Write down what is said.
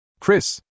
Chris